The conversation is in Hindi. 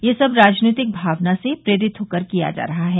यह सब राजनीतिक भावना से प्रेरित होकर किया जा रहा है